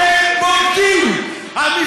אתם בוגדים, אתה בריון.